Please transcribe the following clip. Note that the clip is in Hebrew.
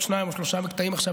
עוד שניים או שלושה מקטעים עכשיו,